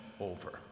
over